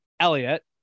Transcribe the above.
Elliot